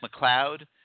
McLeod